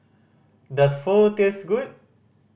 does Pho taste good